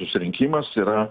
susirinkimas yra